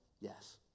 yes